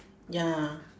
ya